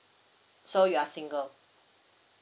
so you are single